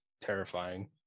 Terrifying